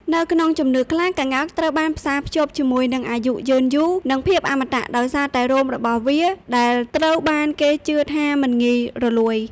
នៅក្នុងជំនឿខ្លះ ក្ងោកត្រូវបានផ្សារភ្ជាប់ជាមួយនឹង អាយុយឺនយូរ និង ភាពអមតៈ ដោយសារតែរោមរបស់វាដែលត្រូវបានគេជឿថាមិនងាយរលួយ។